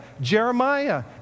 Jeremiah